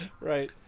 Right